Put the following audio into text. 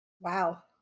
Wow